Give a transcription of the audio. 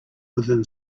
within